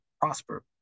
prosper